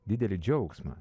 didelį džiaugsmą